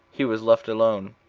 he was left alone,